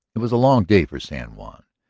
it was a long day for san juan.